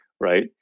right